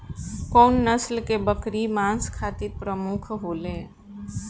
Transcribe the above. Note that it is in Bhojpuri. कउन नस्ल के बकरी मांस खातिर प्रमुख होले?